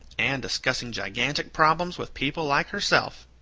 and discussing gigantic problems with people like herself.